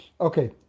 okay